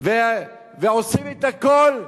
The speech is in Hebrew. ועושים את הכול,